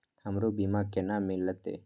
हमरो बीमा केना मिलते?